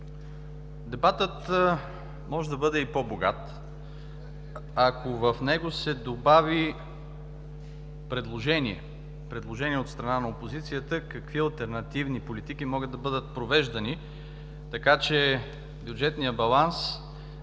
Дебатът може да бъде и по-богат, ако в него се добави предложение от страна на опозицията какви алтернативни политики могат да бъдат провеждани, така че бюджетният баланс,